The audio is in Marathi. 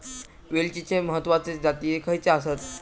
वेलचीचे तीन महत्वाचे जाती खयचे आसत?